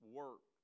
work